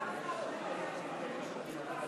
כמה זמן עוד נחכה עד שיגיע ראש הממשלה?